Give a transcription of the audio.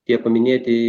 tie paminėtieji